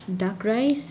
duck rice